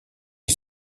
est